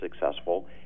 successful